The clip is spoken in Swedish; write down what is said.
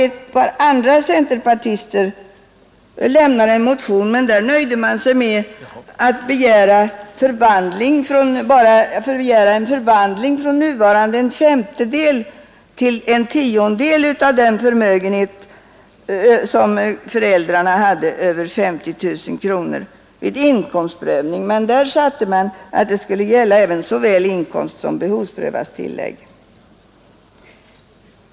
Ett par andra centerpartister motionerade och nöjde sig med att begära en förvandling från nuvarande en femtedel till en tiondel av den förmögenhet som föräldrarna hade över 50 000 kronor, och de anförde att det skulle gälla vid prövningen av såväl inkomstsom behovsprövat tillägg.